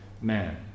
man